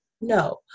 No